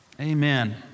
Amen